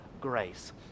grace